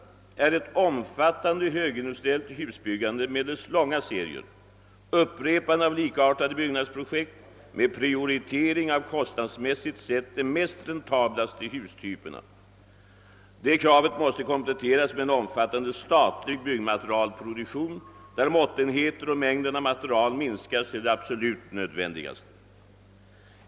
3. Ett omfattande högindustriellt husbyggande medelst långa serier och upprepande av likartade byggnadsprojekt med prioritering av de kostnadsmässigt mest räntabla hustyperna. Detta krav måste kompletteras med en omfattande byggmaterialproduktion, där måttenheter och mängden av material minskas till det absolut nödvändigaste.